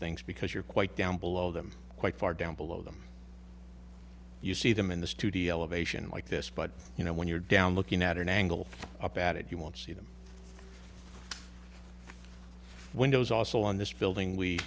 things because you're quite down below them quite far down below them you see them in the studio elevation like this but you know when you're down looking at an angle about it you won't see them windows also on this building we